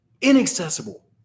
inaccessible